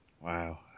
Wow